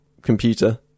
computer